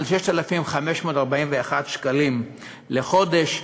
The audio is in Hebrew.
על 6,541 שקלים לחודש.